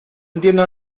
entiendo